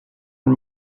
and